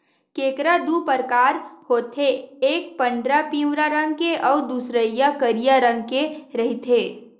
केंकरा दू परकार होथे एक पंडरा पिंवरा रंग के अउ दूसरइया करिया रंग के रहिथे